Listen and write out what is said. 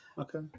Okay